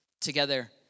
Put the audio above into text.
together